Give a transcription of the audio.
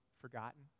forgotten